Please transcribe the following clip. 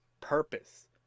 purpose